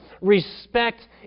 respect